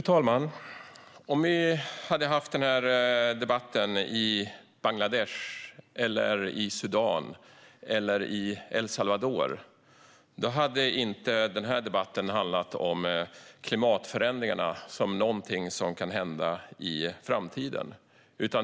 Fru talman! Om vi hade haft den här debatten i Bangladesh, Sudan eller El Salvador hade den inte handlat om klimatförändringar som något som kan hända i framtiden.